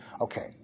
Okay